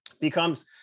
becomes